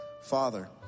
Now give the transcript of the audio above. Father